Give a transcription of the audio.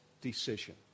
decision